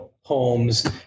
homes